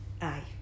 Aye